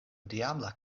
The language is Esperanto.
diabla